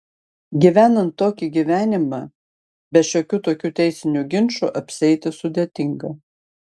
gyvenant tokį gyvenimą be šiokių tokių teisinių ginčų apsieiti sudėtinga